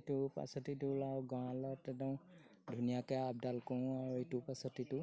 ইটোৰ পাছত এইটো লওঁ গঁৰালত ধুনীয়াকৈ আপডাল কৰোঁ আৰু ইটোৰ পাছত সিটো